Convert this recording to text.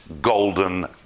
Golden